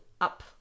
up